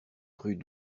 rue